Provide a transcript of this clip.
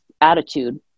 attitude